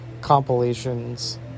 compilations